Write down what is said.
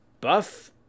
Buff